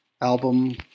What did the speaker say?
album